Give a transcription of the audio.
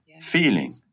feeling